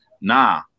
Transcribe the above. Nah